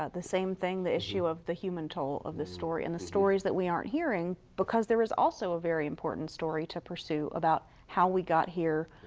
ah the same thing, the issue of the human toll of the story, and the stories that we aren't hearing because there is also a very important story to push through about how we got here,